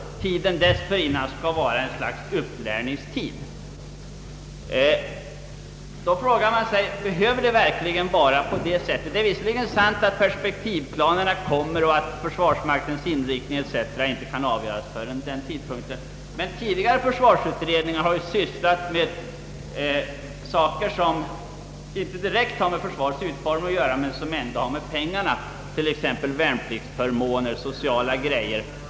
Tiden dessförinnan skall vara upplärningstid. Man frågar sig om det verkligen behöver vara på det sättet. Det är visserligen sant att perspektivplanerna inte föreligger och att försvarsmaktens inriktning inte kan avgöras förrän vid den tidpunkten. Men tidigare försvarsutredningar har ju sysslat med saker som inte direkt haft med försvarets utformning att göra men som ändå gällt försvarets pengar, t.ex. sociala förmåner för de värnpliktiga.